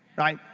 right?